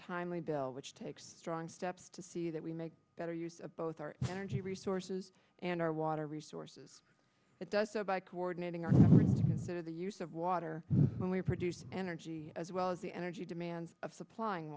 timely bill which takes strong steps to see that we make better use of both our energy resources and our water resources it does so by coordinating our consider the use of water when we produce energy as well as the energy demands of supplying